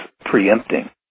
preempting